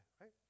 right